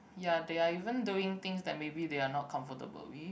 ya they are even doing things that maybe they are not comfortable with